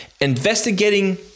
investigating